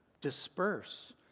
disperse